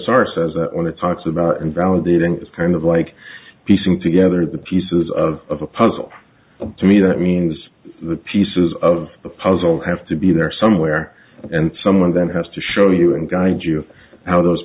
says that when it talks about invalidating it is kind of like piecing together the pieces of a puzzle to me that means the pieces of the puzzle have to be in there somewhere and someone then has to show you and guide you how those